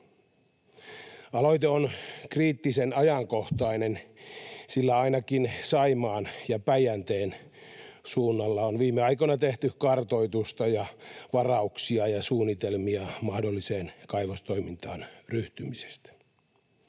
Aloite on kriittisen ajankohtainen, sillä ainakin Saimaan ja Päijänteen suunnalla on viime aikoina tehty kartoitusta ja varauksia ja suunnitelmia mahdolliseen kaivostoimintaan ryhtymisestä.